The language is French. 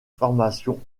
formations